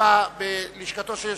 התשס"ח 2008,